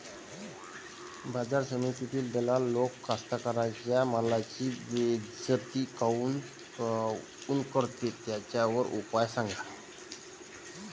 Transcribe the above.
बाजार समितीत दलाल लोक कास्ताकाराच्या मालाची बेइज्जती काऊन करते? त्याच्यावर उपाव सांगा